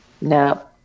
no